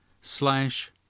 slash